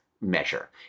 measure